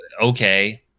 Okay